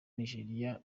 nigeriya